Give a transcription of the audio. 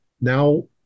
Now